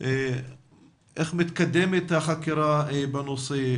איך מתקדמת החקירה בנושא,